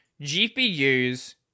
GPUs